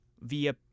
via